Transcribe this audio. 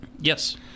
yes